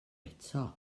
eto